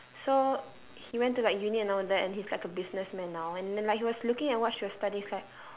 so he went to like uni and all that and he's like a businessman now and then like he was looking at what she studying he's like